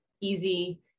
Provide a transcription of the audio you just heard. easy